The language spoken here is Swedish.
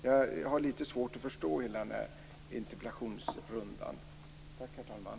Jag har litet svårt att förstå hela den här interpellationsrundan.